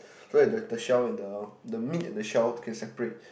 so that the shell and the the meat and the shell can separate